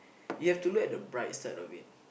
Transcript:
you have to look at the bright side of it